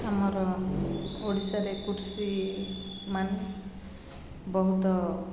ଆମର ଓଡ଼ିଶାରେ କୃଷିମାନ ବହୁତ